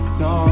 no